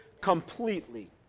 completely